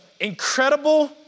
incredible